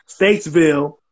Statesville